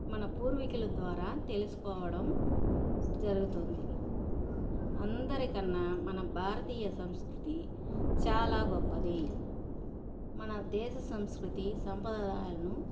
మన పూర్వీకులు ద్వారా తెలుసుకోవడం జరుగుతుంది అందరికన్నా మన భారతీయ సంస్కృతి చాలా గొప్పది మన దేశ సంస్కృతి సంప్రదాయాలను